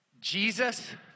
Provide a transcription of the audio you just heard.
Jesus